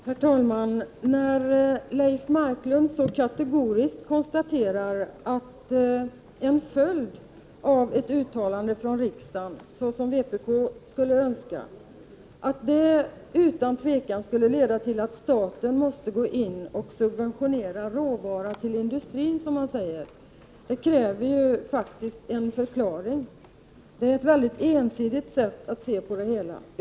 Herr talman! När Leif Marklund så kategoriskt konstaterar att en följd av ett uttalande från riksdagen i enlighet med vpk:s förslag utan tvivel skulle leda till att staten måste gå in och subventionera råvaror till industrin kräver det faktiskt en förklaring. Detta är ett ensidigt sätt att se på det hela.